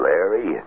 Larry